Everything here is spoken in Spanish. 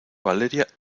valeria